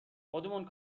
خودمون